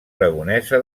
aragonesa